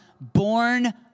born